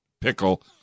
pickle